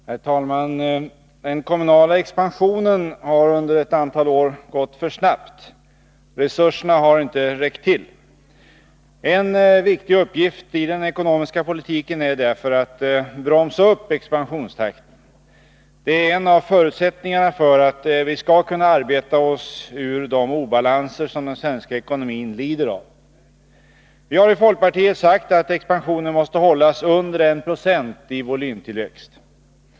Herr talman! Den kommunala expansionen har under ett antal år gått för snabbt. Resurserna har inte räckt till. En viktig uppgift i den ekonomiska politiken är därför att bromsa expansionstakten. Detta är en av förutsättningarna för att vi skall kunna arbeta oss ur de obalanser som den svenska ekonomin lider av. Vi i folkpartiet har sagt, att expansionen måste hållas under 1 96 i volymtillväxt.